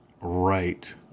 Right